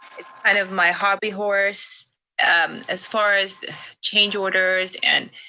kind of my hobby horse as far as change orders and